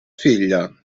figlia